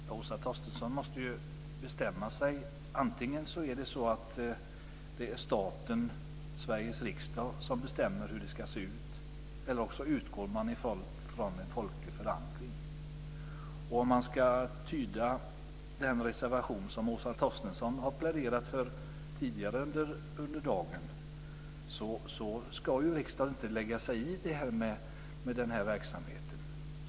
Fru talman! Åsa Torstensson måste ju bestämma sig. Antingen är det staten, Sveriges riksdag, som bestämmer hur det ska se ut, eller också utgår man från en folklig förankring. Om man ska tyda den reservation som Åsa Torstensson har pläderat för tidigare under dagen ska riksdagen inte lägga sig i den här verksamheten.